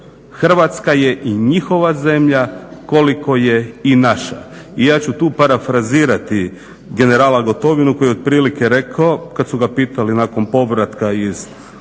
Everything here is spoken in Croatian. Hrvatska je i njihova zemlja koliko je i naša. I ja ću tu parafrazirati generala Gotovinu koji je otprilike rekao kad su ga pitali nakon povratka iz Haaga